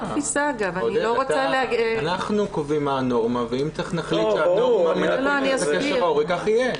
אנחנו קובעים מה הנורמה ואם נחליט שהנורמה מנתקת את הקשר ההורי כך יהיה.